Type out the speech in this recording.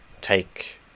take